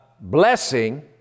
blessing